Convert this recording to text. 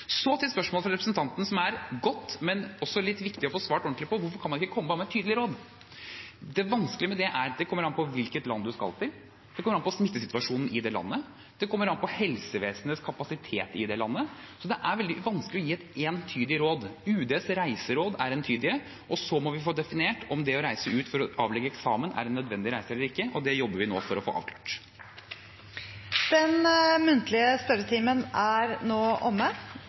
Til spørsmålet fra representanten, som er godt, men også litt viktig å få svart ordentlig på: Hvorfor kan man ikke bare komme med et tydelig råd? Det vanskelige med det er at det kommer an på hvilket land man skal til, det kommer an på smittesituasjonen i det landet, og det kommer an på helsevesenets kapasitet i det landet, så det er veldig vanskelig å gi et entydig råd. UDs reiseråd er entydige, og så må vi få definert om det å reise ut for å avlegge eksamen er en nødvendig reise eller ikke, og det jobber vi nå for å få avklart. Den muntlige spørretimen er nå omme.